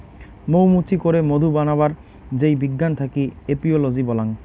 মৌ মুচি করে মধু বানাবার যেই বিজ্ঞান থাকি এপিওলোজি বল্যাং